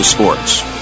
Sports